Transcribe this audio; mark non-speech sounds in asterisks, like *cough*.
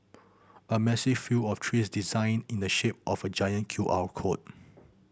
a massive field of trees designed in the shape of a giant Q R code *noise*